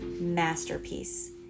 masterpiece